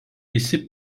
visi